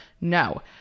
no